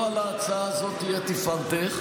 לא על ההצעה הזאת תהיה תפארתך.